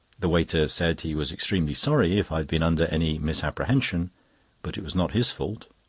the waiter said he was extremely sorry if i had been under any misapprehension but it was not his fault.